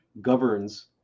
governs